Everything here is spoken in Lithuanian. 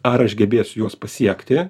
ar aš gebėsiu juos pasiekti